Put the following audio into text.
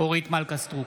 אורית מלכה סטרוק,